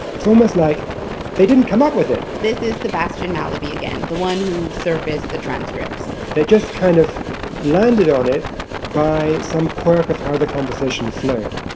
it's almost like they didn't come up with it this is sebastian mallaby again, the one who surfaced the transcripts they just kind of landed on it by some quirk of how the conversation flowed.